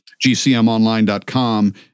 GCMonline.com